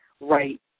right